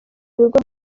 ibigo